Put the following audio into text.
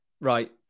right